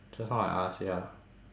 just now I ask ya